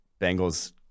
Bengals